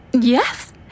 Yes